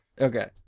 Okay